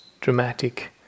dramatic